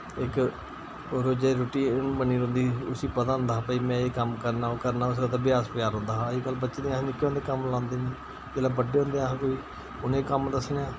इक रोजे दी रुटीन बनी रोह्नदी ही उस्सी पता होंदा हा भाई मैं एह् कम्म करना ओह् करना उसलै उ'दा ब्यास पेदा रोह्नदा हा अजकल्ल बच्चें गी अस निक्के होंदै कम्म लांदे निं जुल्लै बड्डे होंदे अस फ्ही उ'नें कम्म दस्सने आं